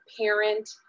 parent